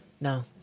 No